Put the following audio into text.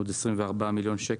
עוד 24 מיליון שקל,